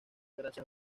gracias